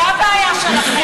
זו הבעיה שלכם.